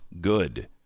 good